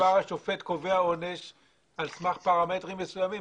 בסופו של דבר השופט קובע עונש על סמך פרמטרים מסוימים.